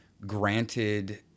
granted